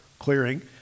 clearing